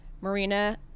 Marina